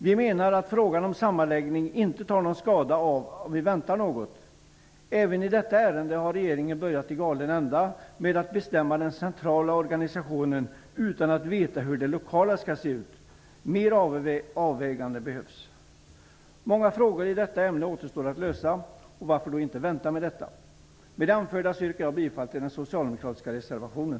Vi menar att frågan om sammanläggnig inte tar någon skada av att vi väntar något. Även i detta ärende har regeringen börjat i galen ända med att bestämma den centrala organisationen utan att veta hur den lokala skall se ut. Mer avväganden behövs. Många frågor i detta ämne återstår att lösa. Varför då inte vänta med detta? Med det anförda yrkar jag bifall till den socialdemokratiska reservationen.